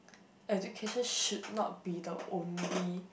education should not be the only